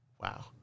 wow